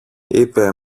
είπε